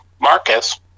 Marcus